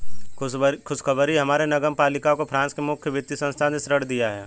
खुशखबरी है हमारे नगर पालिका को फ्रांस के मुख्य वित्त संस्थान ने ऋण दिया है